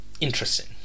Interesting